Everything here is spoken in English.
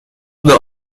the